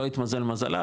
לא התמזל מזלה,